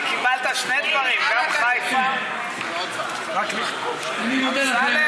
גם חיפה, אני מודה לכם.